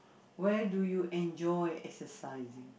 where do you enjoy exercising